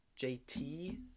JT